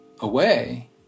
away